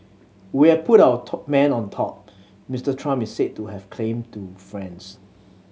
we have put our man on top Mister Trump is said to have claimed to friends